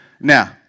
Now